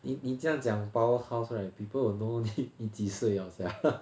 你你这样讲 powerhouse right people will know that 你几岁了 sia